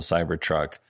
Cybertruck